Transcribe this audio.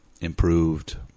improved